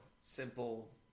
simple